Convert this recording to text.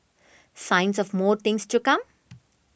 signs of more things to come